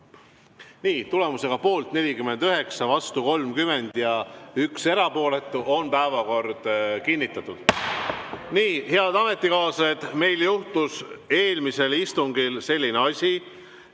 Tulemusega poolt 49, vastu 30 ja 1 erapooletu, on päevakord kinnitatud. Head ametikaaslased, meil juhtus eelmisel istungil selline asi